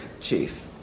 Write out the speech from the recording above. chief